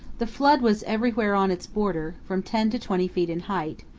the flood was, everywhere on its border, from ten to twenty feet in height,